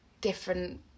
different